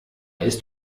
ist